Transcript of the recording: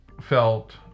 felt